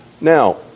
Now